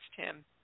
Tim